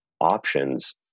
options